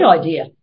idea